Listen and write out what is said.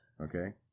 Okay